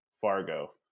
Fargo